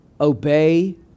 obey